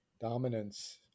dominance